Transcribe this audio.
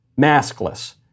maskless